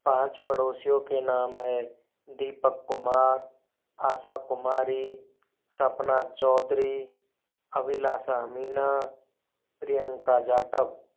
पाँच पड़ोसियों के नाम है दीपक कुमार आशा कुमारी सपना चौधरी अभिलाशा मीना प्रियंका जाटव